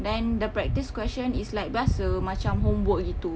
then the practice question is like biasa macam homework gitu